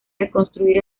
reconstruir